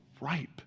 ripe